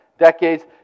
decades